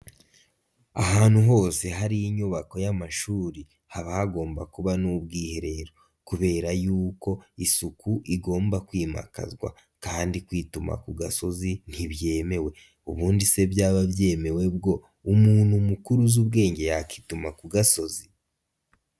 Ahantu hose hari inyubako y'amashuri, haba hagomba kuba n'ubwiherero, kubera y'uko isuku igomba kwimakazwa kandi kwituma ku gasozi ntibyemewe, ubundi se byaba byemewe bwo, umuntu mukuru uzi ubwenge yakituma ku gasozi.